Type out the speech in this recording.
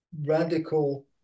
radical